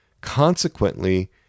Consequently